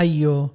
Ayo